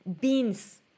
beans